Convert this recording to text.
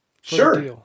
Sure